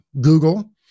Google